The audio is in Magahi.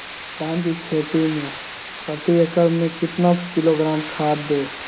धान की खेती में प्रति एकड़ में कितना किलोग्राम खाद दे?